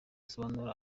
asobanura